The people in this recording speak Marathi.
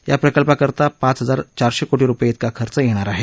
या प्रकल्पाकरता पाच हजार चारशे कोटी रुपये तिका खर्च येणार आहे